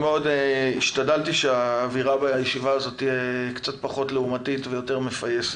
השתדלתי שהאווירה בישיבה הזאת תהיה קצת פחות לעומתית ויותר מפייסת,